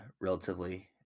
relatively